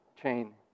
chain